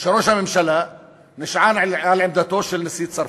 שראש הממשלה נשאל על עמדתו של נשיא צרפת.